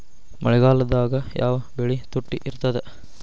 ಮಳೆಗಾಲದಾಗ ಯಾವ ಬೆಳಿ ತುಟ್ಟಿ ಇರ್ತದ?